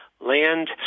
land